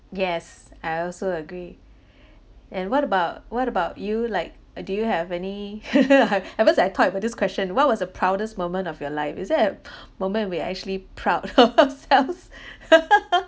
yes I also agree and what about what about you like uh do you have any at first I thought about this question what was the proudest moment of your life is it a moment we actually proud of ourselves